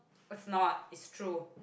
it's not it's true